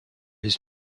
his